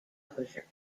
exposure